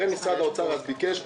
הרי משרד האוצר ביקש אז,